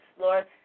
Lord